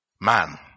man